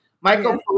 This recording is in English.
Michael